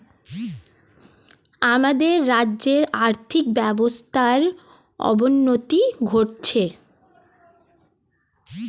আমাদের রাজ্যের আর্থিক ব্যবস্থার অবনতি ঘটছে